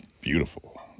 beautiful